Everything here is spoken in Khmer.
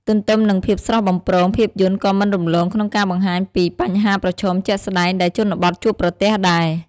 ទន្ទឹមនឹងភាពស្រស់បំព្រង ភាពយន្តក៏មិនរំលងក្នុងការបង្ហាញពី បញ្ហាប្រឈមជាក់ស្តែង ដែលជនបទជួបប្រទះដែរ។